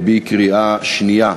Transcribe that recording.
מייתר את השימוש בתקנה האמורה,